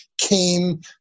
came